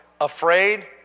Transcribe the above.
afraid